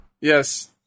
Yes